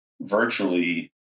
virtually